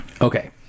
Okay